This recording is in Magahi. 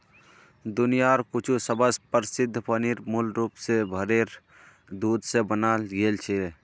दुनियार कुछु सबस प्रसिद्ध पनीर मूल रूप स भेरेर दूध स बनाल गेल छिले